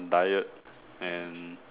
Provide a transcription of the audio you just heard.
diet and